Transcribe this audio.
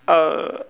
err